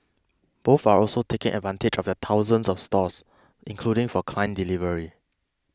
both are also taking advantage of their thousands of stores including for client delivery